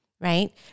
right